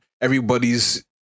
everybody's